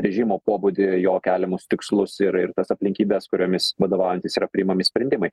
režimo pobūdį jo keliamus tikslus ir ir tas aplinkybes kuriomis vadovaujantis yra priimami sprendimai